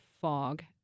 fog